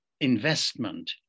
investment